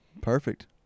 perfect